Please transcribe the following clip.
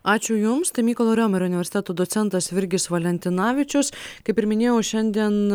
ačiū jums tai mykolo riomerio universiteto docentas virgis valentinavičius kaip ir minėjau šiandien